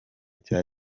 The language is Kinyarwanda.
cya